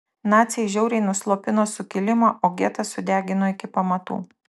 naciai žiauriai nuslopino sukilimą o getą sudegino iki pamatų